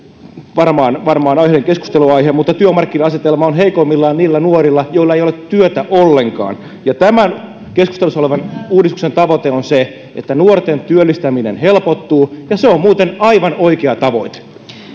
varmaan varmaan aiheellinen keskustelunaihe mutta työmarkkina asema on heikoimmillaan niillä nuorilla joilla ei ole työtä ollenkaan tämän keskustelussa olevan uudistuksen tavoite on se että nuorten työllistäminen helpottuu ja se on muuten aivan oikea tavoite